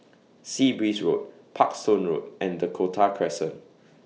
Sea Breeze Road Parkstone Road and Dakota Crescent